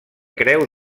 creu